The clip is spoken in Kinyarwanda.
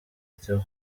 theo